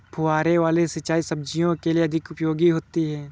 फुहारे वाली सिंचाई सब्जियों के लिए अधिक उपयोगी होती है?